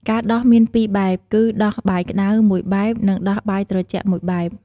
ការដោះមាន ២ បែបគឺ ដោះបាយក្តៅ ១ បែប និងដោះបាយត្រជាក់ ១ បែប។